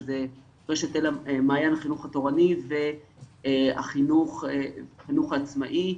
שזה רשת מעיין החינוך התורני והחינוך העצמאי,